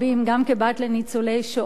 גם כבת לניצולי השואה.